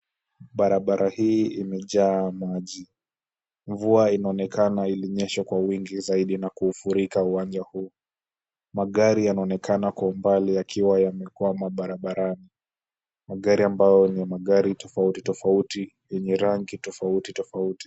Barabara hii imejaa maji. Mvua inaonekana ilinyesha kwa wingi zaidi na kufurika uwanja huu. Magari yanaonekana kwa umbali yakiwa yamekwama barabarani, magari ambayo ni magari tofauti tofauti yenye rangi tofauti tofauti.